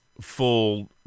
full